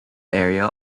area